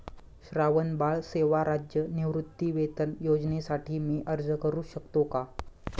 श्रावणबाळ सेवा राज्य निवृत्तीवेतन योजनेसाठी मी अर्ज करू शकतो का?